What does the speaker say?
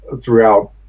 throughout